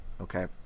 Okay